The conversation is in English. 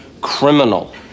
criminal